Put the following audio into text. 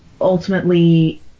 ultimately